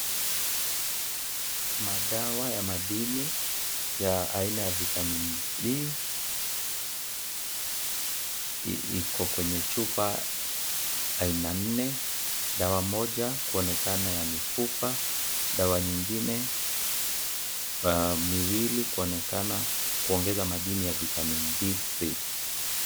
Madawa ya madini ya aina ya vitamin D ,iko kwenye chupa aina nne. Dawa moja kuonekana ya mifupa, dawa nyingine miwili kuonekana kuongeza madini ya vitamin D3 .